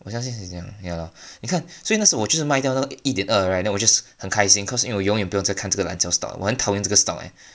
我相信是这样 yeah lor 你看所以那时候我就是卖掉那一点二 right then 我 just 很开心 cause 因为我永远不用再看这个 lanjiao stock liao 我很讨厌这个 stock eh